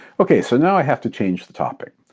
okay, so now i have to change the topic.